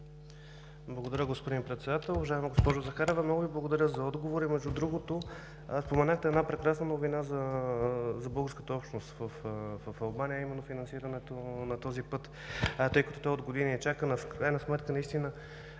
Благодаря, господин Председател. Уважаема госпожо Захариева, много Ви благодаря за отговора. Между другото, споменахте една прекрасна новина за българската общност в Албания, а именно финансирането на този път, тъй като той от години е чакан. Ако трябва